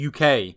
UK